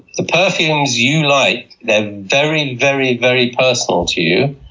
the perfumes you like, they're very, very, very personal to you.